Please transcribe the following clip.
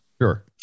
Sure